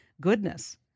goodness